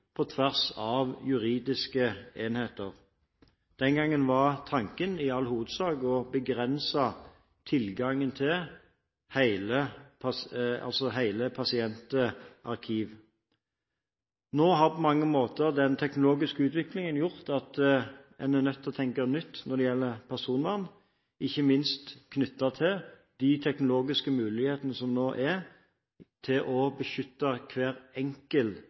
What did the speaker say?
på tvers av juridiske enheter. Den gangen var tanken i all hovedsak å begrense tilgangen til hele pasientarkivet. Nå har på mange måter den teknologiske utviklingen gjort at en er nødt til å tenke nytt når det gjelder personvern, ikke minst knyttet til de teknologiske mulighetene som man nå har til å beskytte hver